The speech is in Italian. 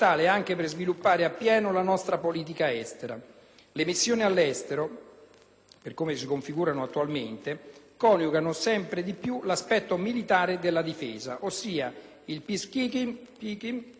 per come si configurano attualmente, coniugano sempre di più l'aspetto militare della difesa, ossia il *peace keeping*, a quello umanitario, cioè il *peace building*. È chiaro